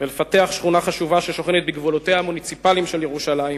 ולפתח שכונה חשובה ששוכנת בגבולותיה המוניציפליים של ירושלים,